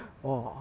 oh